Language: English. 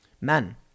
Men